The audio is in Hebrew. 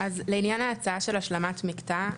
אז לעניין ההצעה של השלמת מקטע,